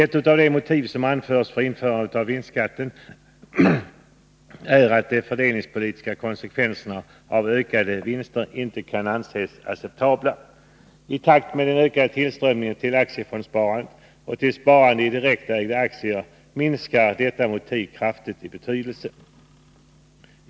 Ett av de motiv som anförs för införande av vinstskatten är att de fördelningspolitiska konsekvenserna av ökade vinster inte kan anses acceptabla. I takt med den ökande tillströmningen till aktiefondssparandet och till sparandet i direktägda aktier minskar detta motiv kraftigt i betydelse.